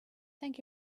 thank